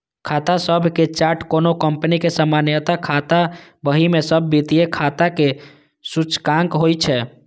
खाता सभक चार्ट कोनो कंपनी के सामान्य खाता बही मे सब वित्तीय खाताक सूचकांक होइ छै